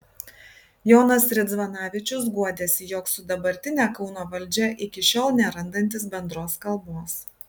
jonas ridzvanavičius guodėsi jog su dabartine kauno valdžia iki šiol nerandantis bendros kalbos